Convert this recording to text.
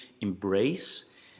embrace